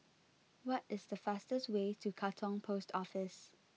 what is the fastest way to Katong Post Office